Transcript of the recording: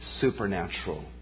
supernatural